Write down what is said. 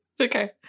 Okay